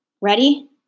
Ready